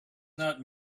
not